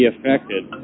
affected